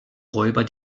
räuber